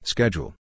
Schedule